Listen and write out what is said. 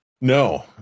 No